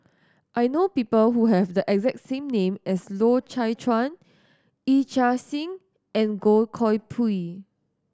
I know people who have the exact same name as Loy Chye Chuan Yee Chia Hsing and Goh Koh Pui